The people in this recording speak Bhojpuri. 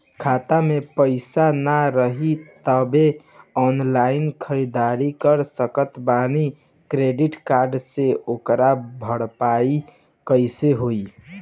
खाता में पैसा ना रही तबों ऑनलाइन ख़रीदारी कर सकत बानी क्रेडिट कार्ड से ओकर भरपाई कइसे होई?